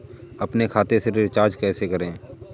अपने खाते से रिचार्ज कैसे करें?